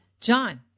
John